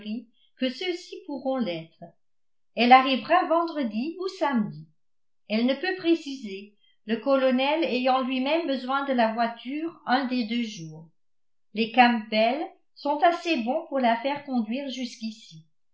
d'highbury que ceux-ci pourront l'être elle arrivera vendredi ou samedi elle ne peut préciser le colonel ayant lui-même besoin de la voiture un des deux jours les campbell sont assez bons pour la faire conduire jusqu'ici